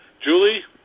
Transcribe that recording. Julie